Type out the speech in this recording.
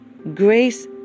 grace